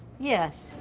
yes.